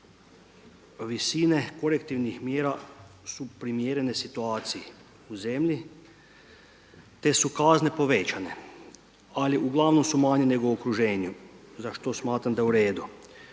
visine korektivnih mjera su primjerene situaciji u zemlji, te su kazne povećane ali uglavnom su manje nego u okruženju za što smatram da je u redu.